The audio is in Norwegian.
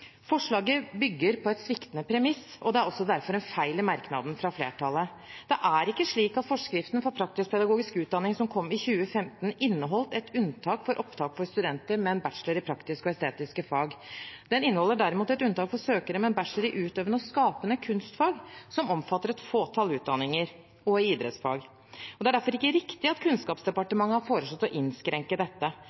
Forslaget bygger på et sviktende premiss, og det er også en feil i merknaden fra flertallet. Det er ikke slik at forskriften for praktisk-pedagogisk utdanning som kom i 2015, inneholder et unntak for opptak av studenter med en bachelor i praktiske og estetiske fag. Den inneholder derimot et unntak for søkere med bachelor i utøvende og skapende kunstfag, som omfatter et fåtall utdanninger og idrettsfag. Det er derfor ikke riktig at Kunnskapsdepartementet har foreslått å innskrenke dette.